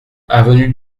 avenue